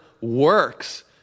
works